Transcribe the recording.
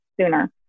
sooner